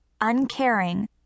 uncaring